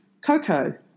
Coco